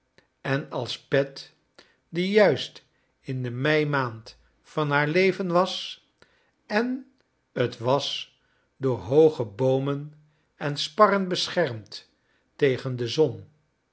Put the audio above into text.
en als pet die juist in de meimaand van haar leven was en het was door hooge boomen en sparren beschermd tegen de zon